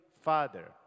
father